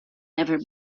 never